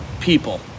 people